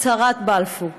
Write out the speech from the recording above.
הצהרת בלפור.